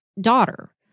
daughter